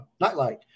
Nightlight